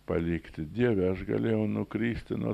palikti dieve aš galėjau nukristi nuo